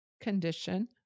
condition